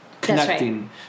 connecting